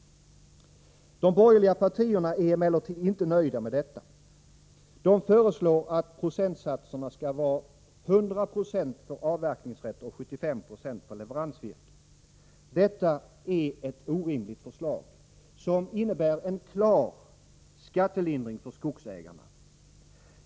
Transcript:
De borgerliga partierna är emellertid inte nöjda med detta. De föreslår att procentsatserna skall vara 100 90 för avverkningsrätt och 75 96 för leveransvirke. Detta är ett orimligt förslag, som innebär en klar skattelindring för skogsägarna.